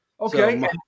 Okay